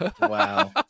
Wow